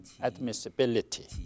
admissibility